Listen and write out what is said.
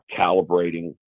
calibrating